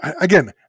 Again